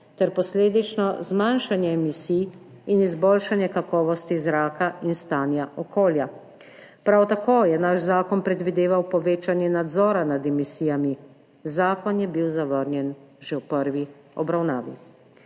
ter posledično zmanjšanje emisij in izboljšanje kakovosti zraka in stanja okolja. Prav tako je naš zakon predvideval povečanje nadzora nad emisijami. Zakon je bil zavrnjen že v prvi obravnavi.